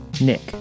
Nick